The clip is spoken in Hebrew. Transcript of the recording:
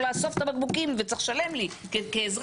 לאסוף את הבקבוקים וצריך לשלם לי כאזרח.